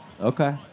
Okay